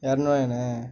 இரநூறுவாயாண்ணே